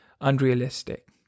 unrealistic